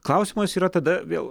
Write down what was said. klausimas yra tada vėl